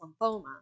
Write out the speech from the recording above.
lymphoma